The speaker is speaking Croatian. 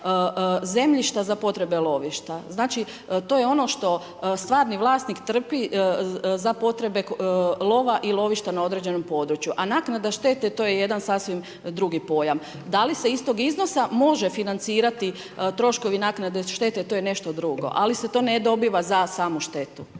zemljišta za potrebe lovišta. Znači to je ono što stvarni vlasnik trpi za potrebe lova i lovišta na određenom području. A naknada štete to je jedan sasvim drugi pojam. Da li se iz toga iznosa može financirati troškovi naknade štete to je nešto drugo. To se ne dobiva za samu štetu.